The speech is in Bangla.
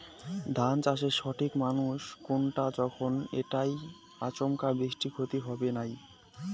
ধান চাষের সঠিক সময় কুনটা যখন এইটা আচমকা বৃষ্টিত ক্ষতি হবে নাই?